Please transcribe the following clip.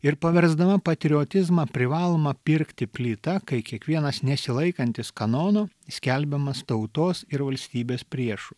ir paversdama patriotizmą privaloma pirkti plyta kai kiekvienas nesilaikantis kanono skelbiamas tautos ir valstybės priešu